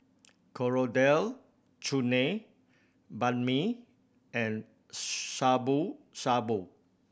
Coriander Chutney Banh Mi and Shabu Shabu